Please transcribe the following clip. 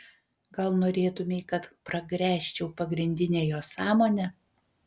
gal norėtumei kad pragręžčiau pagrindinę jo sąmonę